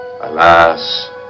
Alas